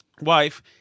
wife